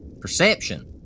Perception